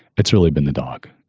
it's really been the dog.